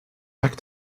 packed